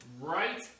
right